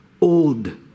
old